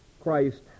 Christ